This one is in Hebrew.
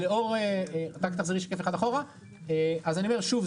אז אני אומר שוב,